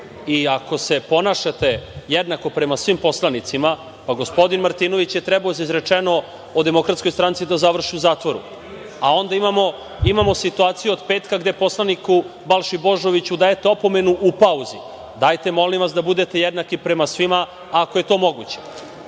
i ako se ponašate jednako prema svim poslanicima, pa gospodin Martinović je trebalo da za izrečeno o DS-u da završi u zatvoru. Onda imamo situaciju od petka gde poslaniku Balši Božoviću dajete opomenu u pauzi. Dajte, molim vas, da budete jednaki prema svima, ako je to moguće.